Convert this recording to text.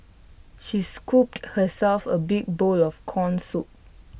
she scooped herself A big bowl of Corn Soup